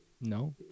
No